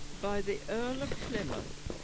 by the earl of plymouth,